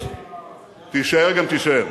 תישאר גם תישאר.